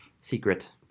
secret